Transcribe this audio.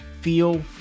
feel